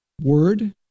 word